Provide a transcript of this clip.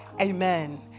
Amen